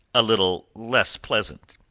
a little less pleasant.